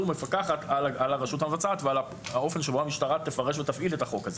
מפקחת על הרשות המבצעת ועל האופן שבו המשטרה תפרש או תפעיל את החוק הזה.